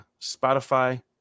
spotify